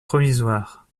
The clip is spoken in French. provisoires